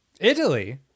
Italy